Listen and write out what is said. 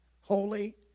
holy